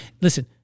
listen